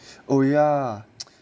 oh ya